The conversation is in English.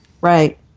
Right